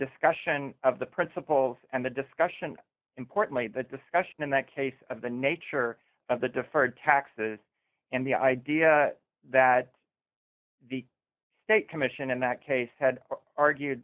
discussion of the principals and the discussion importantly the discussion in that case of the nature of the deferred taxes and the idea that the state commission in that case had argued